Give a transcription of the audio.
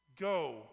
Go